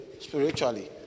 spiritually